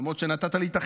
למרות שנתת לי את החסד: